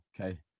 Okay